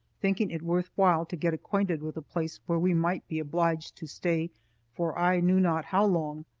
thinking it worth while to get acquainted with a place where we might be obliged to stay for i knew not how long.